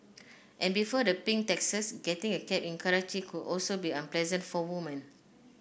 and before the pink taxis getting a cab in Karachi could also be unpleasant for women